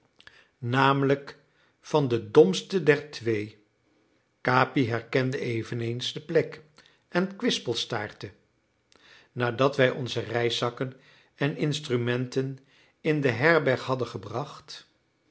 namelijk van den domste der twee capi herkende eveneens de plek en kwispelstaartte nadat wij onze reiszakken en instrumenten in de herberg hadden gebracht